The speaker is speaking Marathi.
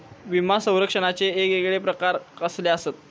विमा सौरक्षणाचे येगयेगळे प्रकार कसले आसत?